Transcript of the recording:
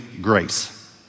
Grace